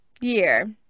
year